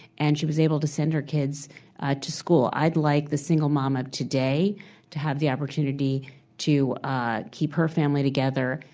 and she was able to send her kids to school. i'd like the single mom of today to have the opportunity to ah keep her family together,